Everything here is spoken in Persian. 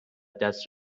دست